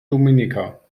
dominica